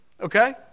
okay